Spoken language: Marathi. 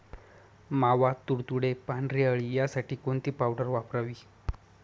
मावा, तुडतुडे, पांढरी अळी यासाठी कोणती पावडर वापरावी?